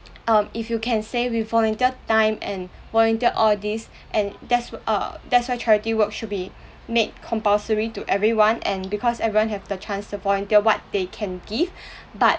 um if you can say with volunteer time and volunteer all this and that's wh~ uh that's why charity work should be made compulsory to everyone and because everyone have the chance to volunteer what they can give but